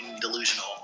delusional